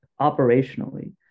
operationally